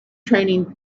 training